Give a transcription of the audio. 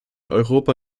europa